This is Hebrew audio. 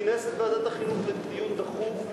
כינס את ועדת החינוך לדיון דחוף.